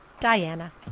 Diana